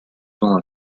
temps